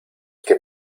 que